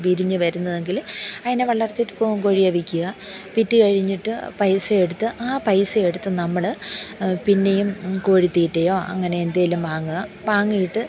വിരിഞ്ഞു വരുന്നതെങ്കിൽ അതിനെ വളർത്തിയിട്ട് പുവൻ കോഴിയെ വിൽക്കുക വിറ്റ് കഴിഞ്ഞിട്ട് പൈസ എടുത്ത് ആ പൈസ എടുത്ത് നമ്മൾ പിന്നെയും കോഴിത്തീറ്റയോ അങ്ങനെ എന്തെങ്കിലും വാങ്ങുക വാങ്ങിയിട്ട്